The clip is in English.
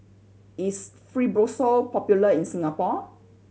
is Fibrosol popular in Singapore